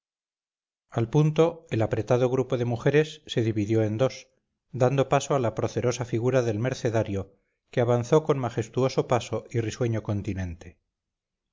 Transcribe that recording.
al punto el apretado grupo de mujeres se dividió en dos dando paso a la procerosa figura del mercenario que avanzó con majestuoso paso y risueño continente